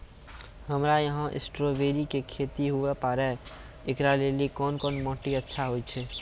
हमरा यहाँ स्ट्राबेरी के खेती हुए पारे, इकरा लेली कोन माटी अच्छा होय छै?